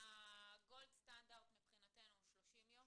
הגולד סטנדרט מבחינתנו הוא 30 יום,